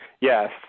Yes